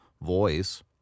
voice